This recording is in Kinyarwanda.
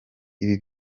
ibi